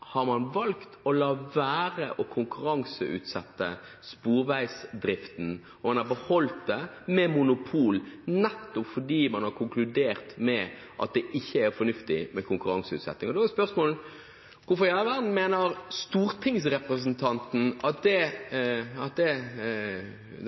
har man valgt å la være å konkurranseutsette sporveisdriften, og man har beholdt den med monopol nettopp fordi man har konkludert med at det ikke er fornuftig med konkurranseutsetting. Da er spørsmålet: Hvorfor i all verden mener, og mente, stortingsrepresentanten,